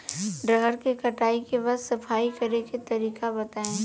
रहर के कटाई के बाद सफाई करेके तरीका बताइ?